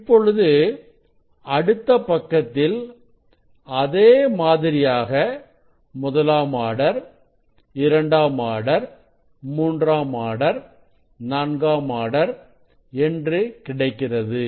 இப்பொழுது அடுத்த பக்கத்தில் அதே மாதிரியாக முதலாம் ஆர்டர் இரண்டாம் ஆர்டர் மூன்றாம் ஆர்டர் நான்காம் ஆர்டர் என்று கிடைக்கிறது